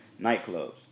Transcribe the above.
Nightclubs